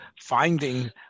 finding